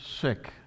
sick